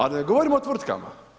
A da ne govorimo o tvrtkama.